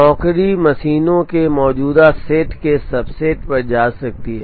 नौकरी मशीनों के मौजूदा सेट के सबसेट पर जा सकती है